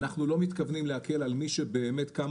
אנחנו לא מתכוונים להקל על מי שבאמת קם